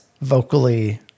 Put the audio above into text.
vocally